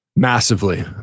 Massively